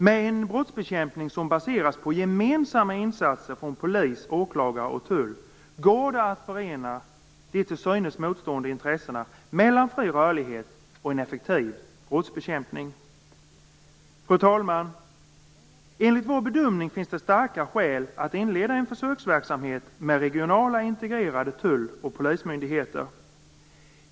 Med en brottsbekämpning som baseras på gemensamma insatser från polis, åklagare och tull går det att förena de till synes motstående intressena mellan fri rörlighet och en effektiv brottsbekämpning. Fru talman! Enligt vår bedömning finns det starka skäl att inleda en försöksverksamhet med regionala integrerade tull och polismyndigheter.